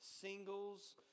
singles